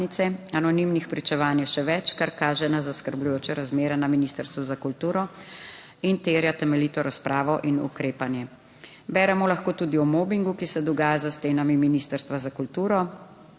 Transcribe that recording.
Anonimnih pričevanj je še več, kar kaže na zaskrbljujoče razmere na Ministrstvu za kulturo in terja temeljito razpravo in ukrepanje. Beremo lahko tudi o mobingu, ki se dogaja za stenami Ministrstva za kulturo.